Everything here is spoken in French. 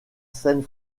scène